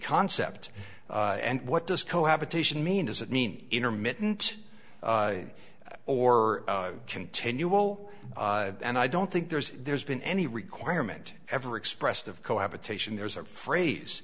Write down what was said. concept and what does cohabitation mean does it mean intermittent or continual and i don't think there's there's been any requirement ever expressed of cohabitation there's a phrase